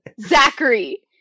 Zachary